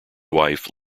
wife